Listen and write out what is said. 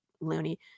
loony